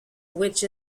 which